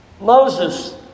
Moses